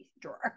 drawer